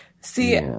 See